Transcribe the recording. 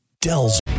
Dells